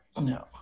No